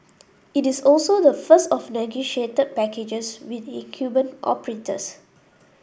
it is also the first of negotiated packages with incumbent operators